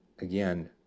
Again